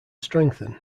strengthen